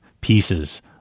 pieces